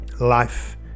Life